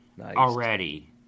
already